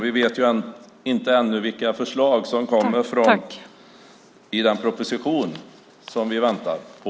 Vi vet inte ännu vilka förslag som kommer i den proposition som vi väntar på.